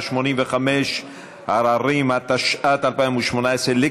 34 בעד, אפס מתנגדים, אפס נמנעים.